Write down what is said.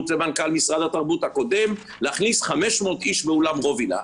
ומנכ"ל משרד התרבות הקודם להכניס 500 איש באולם רובינא,